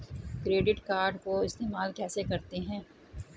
Credit card को इस्तेमाल कैसे करते हैं?